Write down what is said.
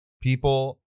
People